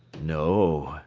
no,